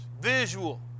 Visual